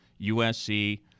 USC